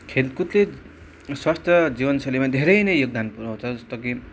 खेलकुदले स्वस्थ जीवनशैलीमा धेरै नै योगदान पुऱ्याउँछ जस्तो कि